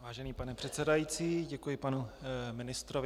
Vážený pane předsedající, děkuji panu ministrovi.